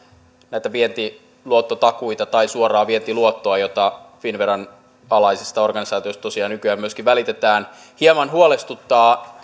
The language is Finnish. näitä vientiluottotakuita tai suoraa vientiluottoa jota finnveran alaisista organisaatioista tosiaan nykyään myöskin välitetään hieman huolestuttaa